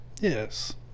Yes